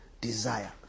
desire